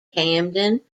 camden